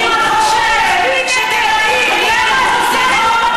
ואם את חושבת שתל אביב תהיה מחוץ לחוק,